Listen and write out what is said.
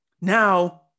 Now